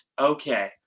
okay